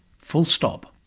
full stop.